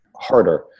harder